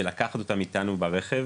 לקחת אותם איתנו ברכב